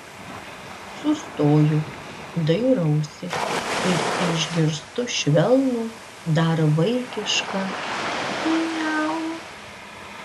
sustoju dairausi ir išgirstu švelnų dar vaikišką miau